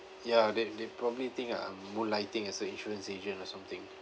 ya they they probably think I'm moonlighting as a insurance agent or something